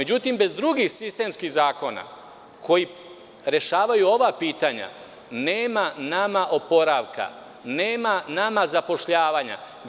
Međutim, bez drugih sistemskih zakona koji rešavaju ova pitanja, nema nama oporavka, nema nama zapošljavanja.